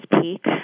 peak